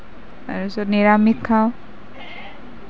তাৰ পিছত নিৰামিষ খাওঁ